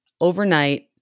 overnight